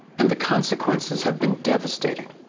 and the consequences have been devastating.